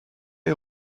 est